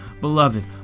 beloved